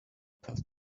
put